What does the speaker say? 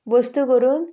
वस्तू करून